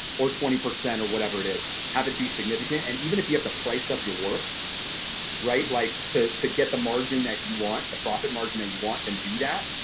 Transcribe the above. or twenty percent or whatever it is. have it be significant. and even if you have to price up your work like to to get the margin that you want, the profit margin that you want and do that,